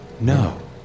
No